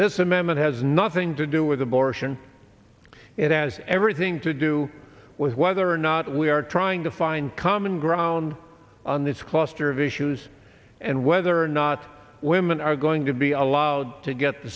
this amendment has nothing to do with abortion it has everything to do with whether are not we are trying to find common ground on this cluster of issues and whether or not women are going to be allowed to get the